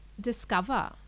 discover